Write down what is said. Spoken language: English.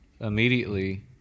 immediately